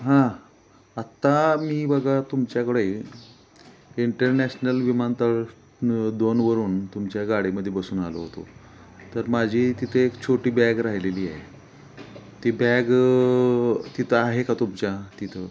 हां आत्ता मी बघा तुमच्याकडे इंटरनॅशनल विमानतळ दोनवरून तुमच्या गाडीमध्ये बसून आलो होतो तर माझी तिथे एक छोटी बॅग राहिलेली आहे ती बॅग तिथं आहे का तुमच्या तिथं